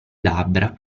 labbra